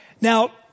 Now